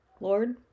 Lord